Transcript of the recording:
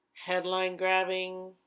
headline-grabbing